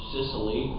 Sicily